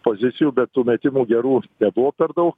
pozicijų bet tų metimų gerų nebuvo per daug